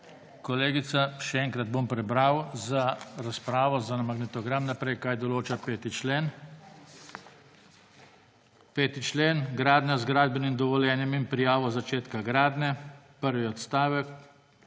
Kolegica, še enkrat bom prebral za razpravo za magnetogram naprej, kaj določa 5. člen. 5. člen – gradnja z gradbenim dovoljenjem in prijavo začetka gradnje. Prvi odstavek.